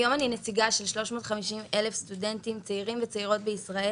אני נציגה של 350,000 סטודנטים צעירים וצעירות בישראל.